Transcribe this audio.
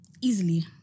Easily